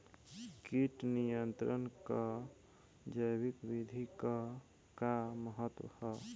कीट नियंत्रण क जैविक विधि क का महत्व ह?